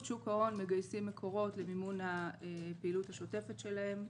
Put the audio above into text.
שוק ההון מגייסים מקורות למימון הפעילות השוטפת שלהם.